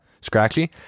scratchy